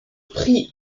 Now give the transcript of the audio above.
prix